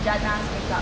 jannah makeup